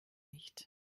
nicht